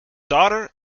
daughter